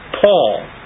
Paul